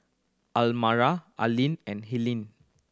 Aline and Helaine